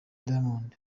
diamond